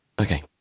Okay